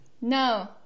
No